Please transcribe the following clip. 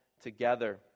together